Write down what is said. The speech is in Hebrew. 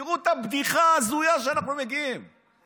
תראו את הבדיחה ההזויה שאנחנו מגיעים אליה.